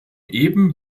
eben